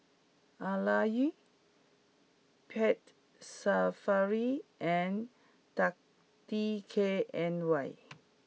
Arai Pet Safari and dark D K N Y